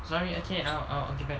sorry I can't now I'll be back